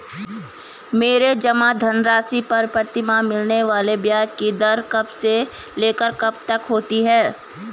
मेरे जमा धन राशि पर प्रतिमाह मिलने वाले ब्याज की दर कब से लेकर कब तक होती है?